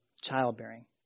childbearing